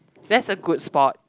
that's a good spot